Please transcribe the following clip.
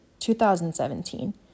2017